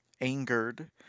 angered